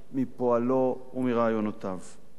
מפועלו ומרעיונותיו.